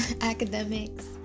academics